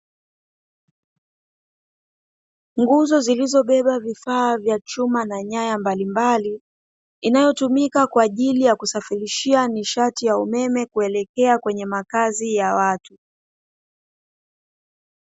Nguzo zilizobeba vifaa vya chuma na nyaya mbalimbali, inayotumika kwa ajili ya kusafirishia nishati ya umeme kuelekea kwenye makazi ya watu.